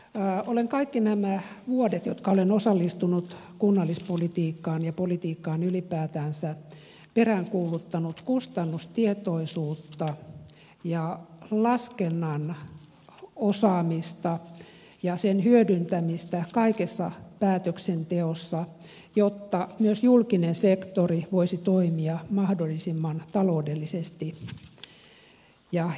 olen kaikki nämä vuodet jotka olen osallistunut kunnallispolitiikkaan ja politiikkaan ylipäätänsä peräänkuuluttanut kustannustietoisuutta ja laskennan osaamista ja sen hyödyntämistä kaikessa päätöksenteossa jotta myös julkinen sektori voisi toimia mahdollisimman taloudellisesti ja järkevästi